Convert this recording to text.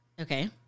Okay